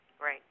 Right